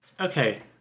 Okay